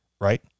right